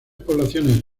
poblaciones